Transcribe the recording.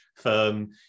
firm